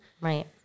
Right